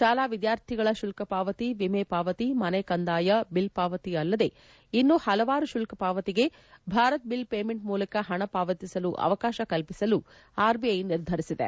ಶಾಲಾ ವಿದ್ಯಾರ್ಥಿಗಳ ಶುಲ್ತ ಪಾವತಿ ವಿಮೆ ಪಾವತಿ ಮನೆ ಕಂದಾಯ ಬಿಲ್ ಪಾವತಿ ಅಲ್ಲದೇ ಇನ್ನೂ ಹಲವರು ಶುಲ್ಲ ಪಾವತಿಗೆ ಭಾರತ್ ಬಿಲ್ ಪೇಮೆಂಟ್ ಮೂಲಕ ಹಣ ಪಾವತಿಸಲು ಅವಕಾಶ ಕಲ್ಪಿಸಲು ಆರ್ಬಿಐ ನಿರ್ಧರಿಸಿದೆ